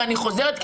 ואני חוזרת,